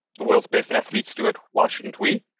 the world's best athletes do it. why shouldn't we?